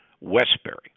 Westbury